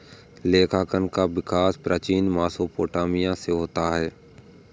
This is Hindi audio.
लेखांकन का विकास प्राचीन मेसोपोटामिया से होता है